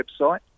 website